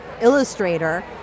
illustrator